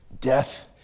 Death